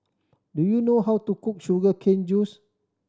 do you know how to cook sugar cane juice